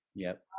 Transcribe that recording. yep.